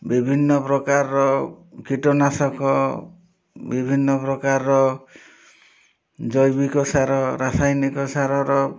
ବିଭିନ୍ନ ପ୍ରକାରର କୀଟନାଶକ ବିଭିନ୍ନ ପ୍ରକାରର ଜୈବିକ ସାର ରାସାୟନିକ ସାରର